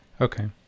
okay